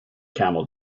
camel